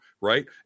right